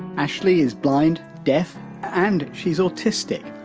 ashley is blind, death and she's autistic.